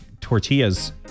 tortillas